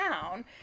town